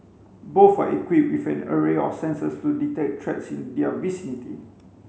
both are equipped with an array of sensors to detect threats in their vicinity